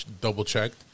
double-checked